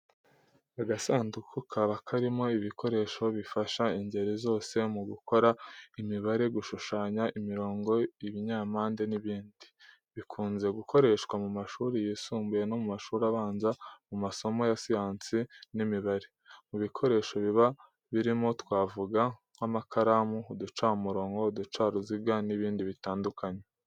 Agasanduku kaba karimo ibikoresho bifasha ingeri zose mu gukora imibare, gushushanya imirongo, ibinyampande n’ibindi. Bikunze gukoreshwa mu mashuri yisumbuye no mu mashuri abanza mu masomo ya siyansi n'imibare. Mu bikoresho biba birimo twavuga nk’amakaramu, uducamurongo, uducaruziga n’ibindi bitandukanye.